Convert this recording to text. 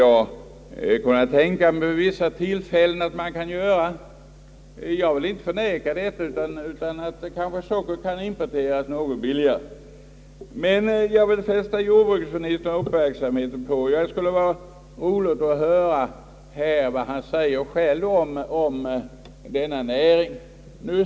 Jag kan inte förneka att så kan vara fallet vid vissa tillfällen, men jag tycker att det skulle vara roligt att höra vad jordbruksministern själv säger om denna näring.